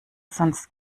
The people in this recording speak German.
sonst